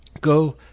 go